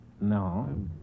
no